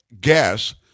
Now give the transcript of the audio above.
gas